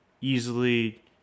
easily